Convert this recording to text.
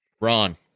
Ron